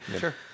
Sure